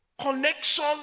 connection